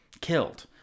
killed